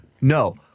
No